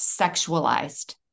sexualized